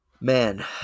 Man